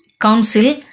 Council